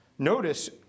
Notice